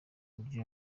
uburyo